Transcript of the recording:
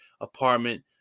apartment